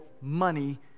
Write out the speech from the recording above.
money